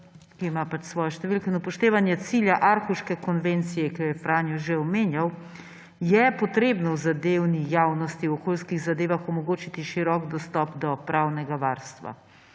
ki ima pač svojo številko; na upoštevanje cilja Aarhuške konvencije, ki jo je Franjo že omenjal, je treba zadevni javnosti v okoljskih zadevah omogočiti širok dostop do pravnega varstva.